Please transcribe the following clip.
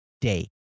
day